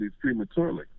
prematurely